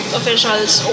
officials